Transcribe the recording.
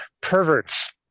perverts